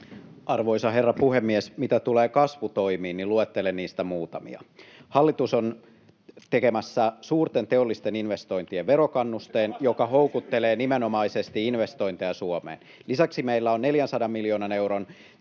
Arvoisa herra puhemies! Mitä tulee kasvutoimiin, niin luettelen niistä muutamia: [Antti Kaikkonen: Muistakaa vastata kysymykseen!] Hallitus on tekemässä suurten teollisten investointien verokannusteen, joka houkuttelee nimenomaisesti investointeja Suomeen. Lisäksi meillä on 400 miljoonan euron